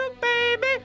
baby